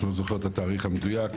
לא זוכר את התאריך המדויק,